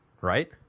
right